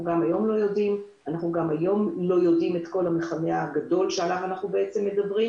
גם היום אנחנו לא יודעים את כל המכנה הגדול שעליו אנחנו מדברים,